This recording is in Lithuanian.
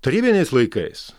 tarybiniais laikais